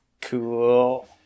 Cool